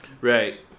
Right